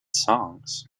songs